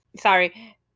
Sorry